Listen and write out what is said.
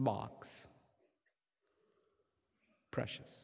mox precious